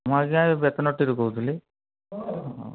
ମୁଁ ଆଜ୍ଞା ଏଇ ବେତନଟୀରୁ କହୁଥିଲି